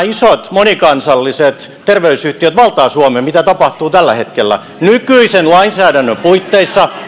isot monikansalliset terveysyhtiöt valtaavat suomen mitä tapahtuu tällä hetkellä nykyisen lainsäädännön puitteissa